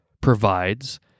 provides